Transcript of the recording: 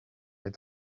les